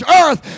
earth